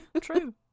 True